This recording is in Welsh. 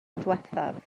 diwethaf